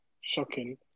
shocking